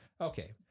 Okay